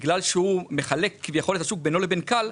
בגלל שהוא מחלק כביכול את השוק בינו לבין כאל,